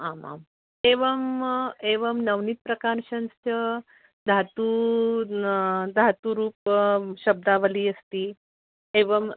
आम् आम् एवम् एवं नवनीत् प्रकारसंस्थायाः धातुः धातुरूपं शब्दावली अस्ति एवम्